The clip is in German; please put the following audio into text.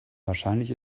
wahrscheinlich